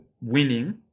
winning